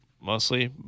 mostly